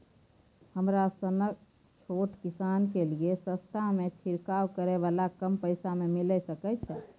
हमरा सनक छोट किसान के लिए सस्ता में छिरकाव करै वाला कम पैसा में मिल सकै छै?